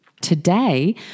Today